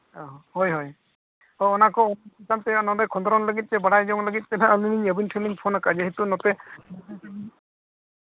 ᱦᱮᱸ ᱦᱳᱭ ᱦᱳᱭ ᱦᱚᱸ ᱚᱱᱟ ᱠᱚ ᱪᱮᱛᱟᱱ ᱛᱮ ᱱᱟᱦᱟᱜ ᱱᱚᱰᱮ ᱠᱷᱚᱸᱫᱽᱨᱚᱱ ᱞᱟᱹᱜᱤᱫᱛᱮ ᱵᱟᱲᱟᱭ ᱧᱚᱜ ᱞᱟᱹᱜᱤᱫ ᱛᱮ ᱱᱟᱦᱟᱜ ᱟᱹᱞᱤᱧ ᱞᱤᱧ ᱟᱹᱵᱤᱱ ᱴᱷᱮᱱ ᱞᱤᱧ ᱯᱷᱳᱱᱟᱠᱟᱜᱼᱟ ᱡᱮᱦᱩᱛᱩ ᱱᱚᱛᱮ